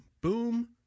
Boom